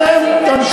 אתם תמשיכו,